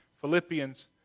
Philippians